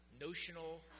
notional